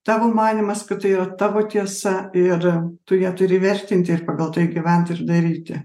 tavo manymas kad tai tavo tiesa ir tu ją turi vertinti ir pagal tai gyvent ir daryti